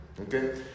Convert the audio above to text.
Okay